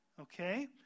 Okay